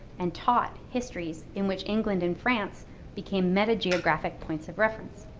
and taught histories in which england and france became meta-geographic points of reference.